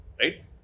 Right